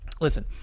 listen